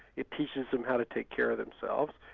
it teaches them how to take care of themselves,